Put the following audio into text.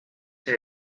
see